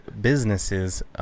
businesses